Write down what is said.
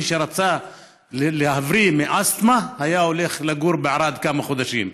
מי שרצה להבריא מאסתמה הלך לגור בערד לכמה חודשים.